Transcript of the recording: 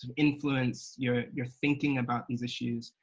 and influenced your your thinking about these issues.